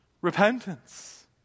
repentance